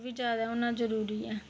ओह्बी जादा होना जरूरी ऐ